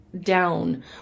down